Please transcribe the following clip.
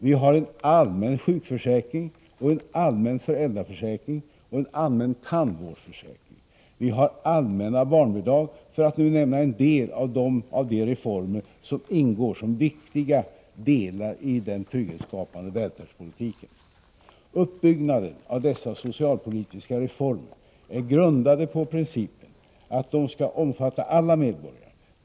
Vi har en allmän sjukförsäkring, en allmän föräldraförsäkring och en allmän tandvårdsförsäkring. Vi har allmänna barnbidrag, för att nu nämna en del av de reformer som ingår som viktiga delar i den trygghetsskapande välfärdspolitiken. Uppbyggnaden av dessa socialpolitiska reformer är grundade på principen att de skall omfatta alla medborgare.